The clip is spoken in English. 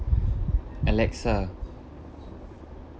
alexa